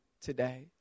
today